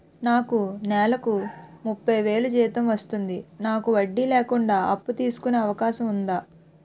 నాకు నేలకు ముప్పై వేలు జీతం వస్తుంది నాకు వడ్డీ లేకుండా అప్పు తీసుకునే అవకాశం ఉందా